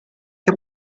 que